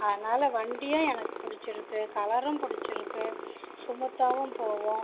அதனால வண்டியும் எனக்குப் பிடிச்சிருக்கு கலரும் பிடிச்சிருக்கு ஸ்மூத்தாவும் போகும்